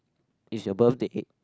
it's your birthday